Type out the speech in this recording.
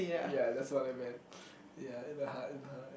ya that's what I meant ya in a hut in a hut in